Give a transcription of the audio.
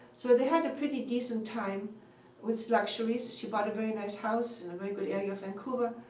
so they had a pretty decent time with luxuries. she bought a very nice house in a very good area of vancouver.